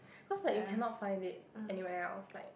cause like you cannot find it anywhere else like